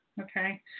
Okay